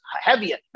heavier